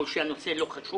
זה לא בגלל שהנושא לא חשוב,